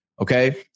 Okay